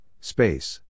space